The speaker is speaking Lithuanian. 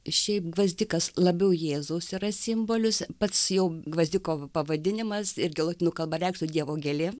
šiaip gvazdikas labiau jėzaus yra simbolis pats jau gvazdiko pavadinimas irgi lotynų kalba reikštų dievo gėlė